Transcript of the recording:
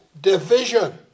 division